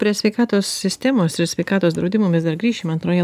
prie sveikatos sistemos ir sveikatos draudimo mes dar grįšime antroje